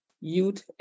youth